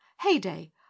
heyday